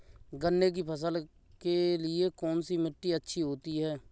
गन्ने की फसल के लिए कौनसी मिट्टी अच्छी होती है?